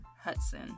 Hudson